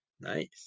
Nice